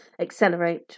accelerate